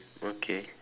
okay